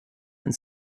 and